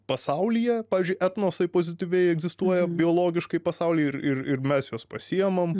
pasaulyje pavyzdžiui etnosai pozityviai egzistuoja biologiškai pasauly ir ir ir mes juos pasiimam